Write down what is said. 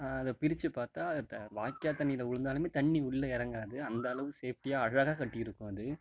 அதை பிரிச்சு பார்த்தா த வாய்க்கால் தண்ணியில விழுந்தாலுமே தண்ணி உள்ள இறங்காது அந்தளவுக்கு சேஃப்டியாக அழகாக கட்டியிருக்கும் அது